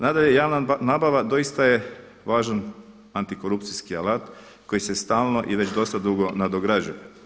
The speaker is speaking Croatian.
Nadalje, javna nabava doista je važan antikorupcijski alat koji se stalno i već dosta dugo nadograđuje.